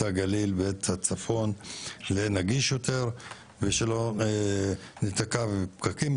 הגליל ואת הצפון לנגיש יותר ושלא נתקע בפקקים.